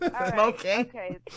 Okay